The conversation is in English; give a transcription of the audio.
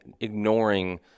ignoring